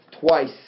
twice